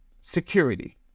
security